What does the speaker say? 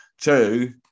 two